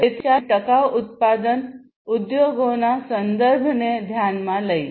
તેથી ચાલો આપણે ટકાઉ ઉત્પાદન ઉદ્યોગોના સંદર્ભને ધ્યાનમાં લઈએ